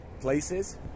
places